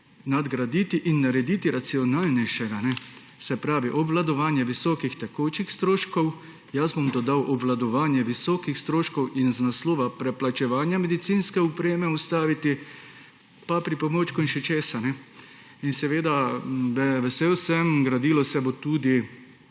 nadgraditi in narediti racionalnejšega. Se pravi, obvladovanje visokih tekočih stroškov. Jaz bom dodal: obvladovanje visokih stroškov in iz naslova preplačevanja medicinske opreme to ustaviti, pa pripomočkov in še česa. Vesel sem, gradilo se bo tudi,